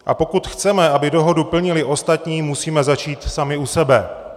A pokud chceme, aby dohodu plnili ostatní, musíme začít sami u sebe.